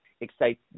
excites